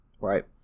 right